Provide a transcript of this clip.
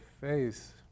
face